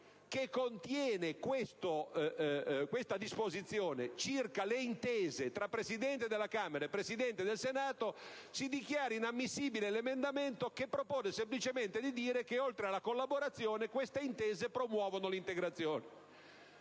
che contiene questa disposizione circa le intese tra Presidente della Camera e Presidente del Senato si dichiari inammissibile un emendamento che propone semplicemente di stabilire che, oltre alla collaborazione, queste intese possano promuovere